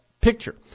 picture